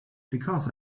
because